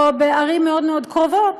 או בערים מאוד מאוד קרובות,